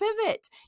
pivot